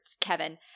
Kevin